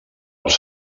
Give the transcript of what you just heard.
els